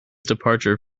departure